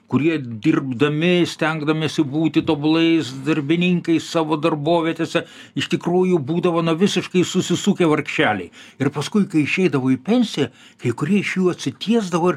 kurie dirbdami stengdamiesi būti tobulais darbininkais savo darbovietėse iš tikrųjų būdavo na visiškai susisukę vargšeliai ir paskui kai išeidavo į pensiją kai kurie iš jų atsitiesdavo ir